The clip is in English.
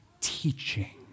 teaching